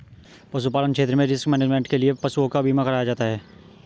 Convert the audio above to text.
पशुपालन क्षेत्र में रिस्क मैनेजमेंट के लिए पशुओं का बीमा कराया जाता है